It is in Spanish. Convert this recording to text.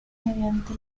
mediante